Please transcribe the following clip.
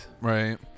Right